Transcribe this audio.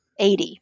80